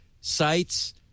sites